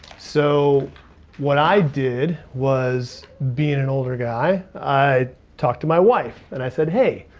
so what i did was, being an older guy, i talked to my wife and i said, hey,